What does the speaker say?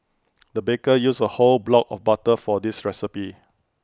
the baker used A whole block of butter for this recipe